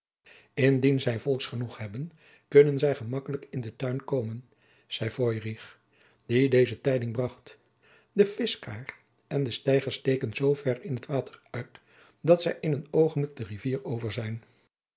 indien zij volks genoeg hebben kunnen zij gemakkelijk in den tuin komen zeide feurich die deze tijding bracht de vischkaar en de steiger steken zoo ver in t water uit dat zij in een oogenblik de rivier over zijn